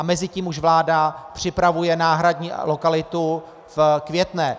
Mezitím už vláda připravuje náhradní lokalitu v Květné.